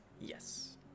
Yes